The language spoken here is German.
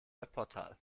webportal